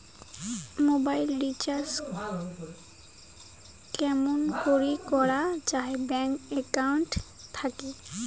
Mobile recharge কেমন করি করা যায় ব্যাংক একাউন্ট থাকি?